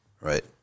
right